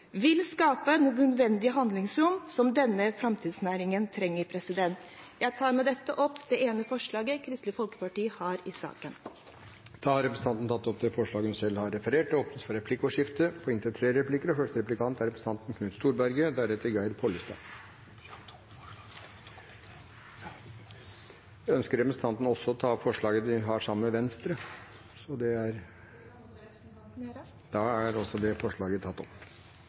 vil skape et nødvendig handlingsrom, som denne framtidsnæringen trenger. Jeg tar med dette opp det ene forslaget Kristelig Folkeparti har i saken. Ønsker representanten også å ta opp forslaget Kristelig Folkeparti har sammen med Venstre? Det gjør representanten. Da har Line Henriette Hjemdal tatt opp de forslagene hun refererte til. Det blir replikkordskifte. Jeg lyttet ganske nøye til representanten